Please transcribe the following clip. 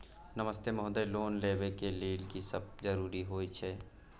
नमस्ते महोदय, लोन लेबै के लेल की सब जरुरी होय छै?